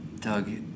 Doug